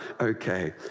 okay